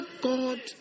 God